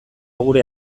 gure